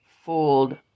fold